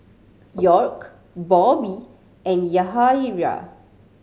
York Bobby and Yahaira